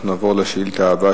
אנחנו נעבור לשאילתא הבאה,